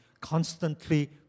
constantly